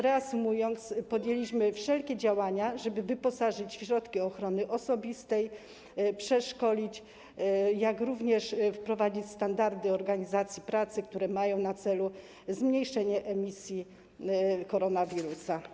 Reasumując, chciałabym powiedzieć, że podjęliśmy wszelkie działania, żeby wyposażyć w środki ochrony osobistej, przeszkolić, jak również wprowadzić standardy organizacji pracy, które mają na celu zmniejszenie emisji koronawirusa.